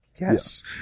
Yes